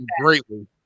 greatly